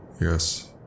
Yes